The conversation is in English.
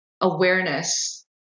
awareness